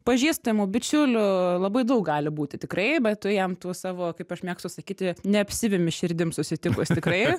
pažįstamų bičiulių labai daug gali būti tikrai bet tu jam tų savo kaip aš mėgstu sakyti neapsivemi širdim susitikus tikrai